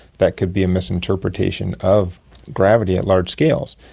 that could be a misinterpretation of gravity at large scales.